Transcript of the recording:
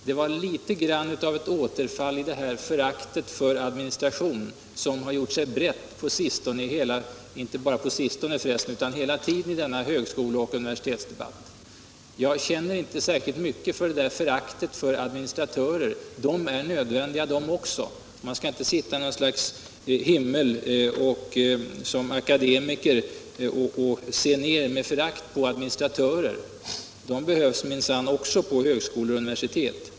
Det var litet grand av ett återfall i det här föraktet för administration som har gjort sig brett inte bara på sistone utan hela tiden i denna högskole och universitetsdebatt. Jag känner inte särskilt mycket för föraktet mot administratörer. De är nödvändiga de också. Man skall inte som akademiker sitta i en himmel och med förakt se ned på administratörer. Jag upprepar att de behövs minsann också på högskolor och universitet.